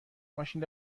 ماشین